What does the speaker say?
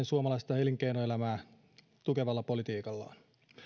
suomalaista elinkeinoelämää tukevalla politiikallaan